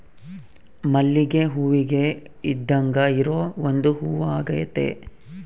ಮಲ್ಲಿಗೆ ಹೂವಿಗೆ ಇದ್ದಾಂಗ ಇರೊ ಒಂದು ಹೂವಾಗೆತೆ